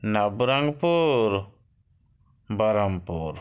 Nabarangpur Brahmapur